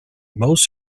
most